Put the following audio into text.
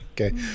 Okay